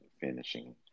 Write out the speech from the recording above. finishing